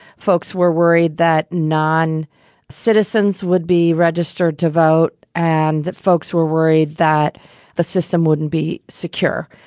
folks were worried that non citizens would be registered to vote. and that folks were worried that the system wouldn't be secure.